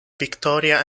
victoria